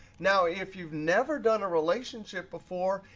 now, if you've never done a relationship before,